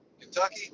kentucky